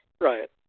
Right